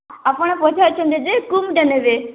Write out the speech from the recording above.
ଆପଣ ପଚାରୁଛନ୍ତି ଯେ କୁମ ଦାନରେ